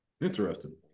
interesting